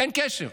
אין קשר.